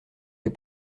les